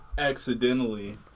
accidentally